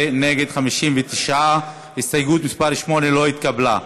בעד, 16, נגד, 59. הסתייגות מס' 8 לא התקבלה.